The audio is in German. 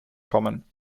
kommen